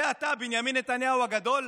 זה אתה, בנימין נתניהו הגדול?